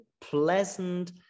pleasant